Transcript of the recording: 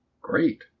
great